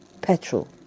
petrol